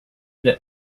that